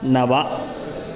नव